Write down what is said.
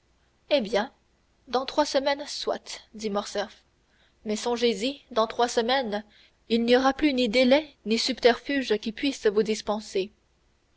eh bien dans trois semaines soit dit morcerf mais songez-y dans trois semaines il n'y aura plus ni délai ni subterfuge qui puisse vous dispenser